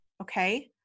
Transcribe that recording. Okay